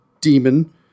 demon